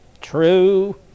true